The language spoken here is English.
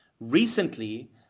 recently